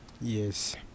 Yes